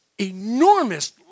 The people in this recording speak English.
enormous